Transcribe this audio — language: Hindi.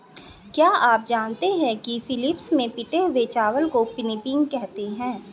क्या आप जानते हैं कि फिलीपींस में पिटे हुए चावल को पिनिपिग कहते हैं